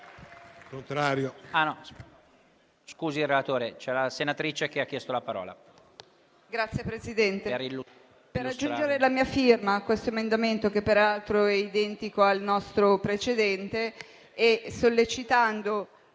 Signor Presidente, chiedo di aggiungere la mia firma a questo emendamento che, peraltro, è identico al nostro precedente. E sollecito